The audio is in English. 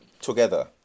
together